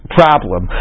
problem